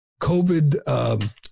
covid